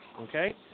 Okay